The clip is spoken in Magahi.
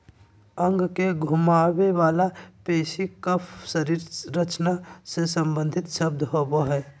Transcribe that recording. अंग के घुमावे वला पेशी कफ शरीर रचना से सम्बंधित शब्द होबो हइ